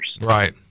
Right